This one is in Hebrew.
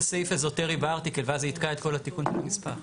סעיף אזוטרי בארטיקל ואז זה יתקע את כל התיקון בנספח.